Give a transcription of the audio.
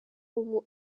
ubu